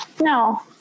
No